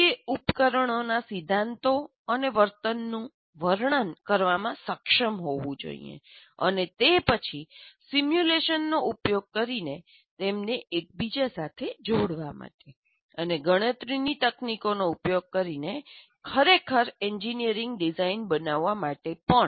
કોઈએ ઉપકરણોના સિદ્ધાંતો અને વર્તનનું વર્ણન કરવામાં સક્ષમ હોવું જોઈએ અને તે પછી સિમ્યુલેશનનો ઉપયોગ કરીને તેમને એકબીજા સાથે જોડવા માટે અને ગણતરીની તકનીકોનો ઉપયોગ કરીને ખરેખર એન્જિનિયરિંગ ડિઝાઇન બનાવવા માટે પણ